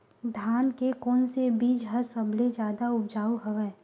धान के कोन से बीज ह सबले जादा ऊपजाऊ हवय?